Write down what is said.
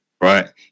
right